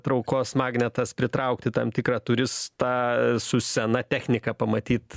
traukos magnetas pritraukti tam tikrą turistą su sena technika pamatyt